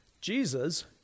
Jesus